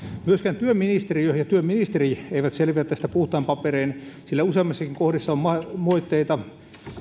myöskään työministeriö ja työministeri eivät selviä tästä puhtain paperein sillä useammissakin kohdissa on moitteita